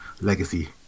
Legacy